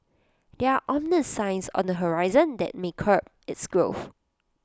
there are ominous signs on the horizon that may curb its growth